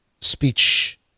speech